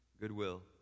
goodwill